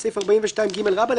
את סעיף 42ג רבתי,